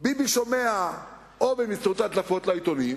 ביבי שומע או באמצעות הדלפות לעיתונות,